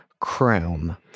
Crown